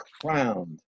crowned